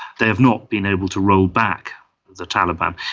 they have not been able to roll back the taliban.